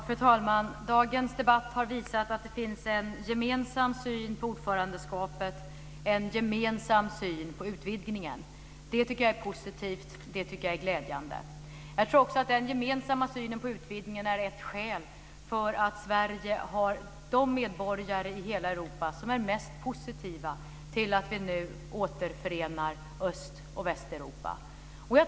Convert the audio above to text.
Fru talman! Dagens debatt har visat att det finns en gemensam syn på ordförandeskapet och även en gemensam syn på utvidgningen. Jag tycker att det är positivt och glädjande. Jag tror också att den gemensamma synen på utvidgningen är ett skäl till att Sveriges medborgare är de som är mest positiva i hela Europa till att Öst och Västeuropa nu återförenas.